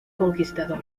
conquistador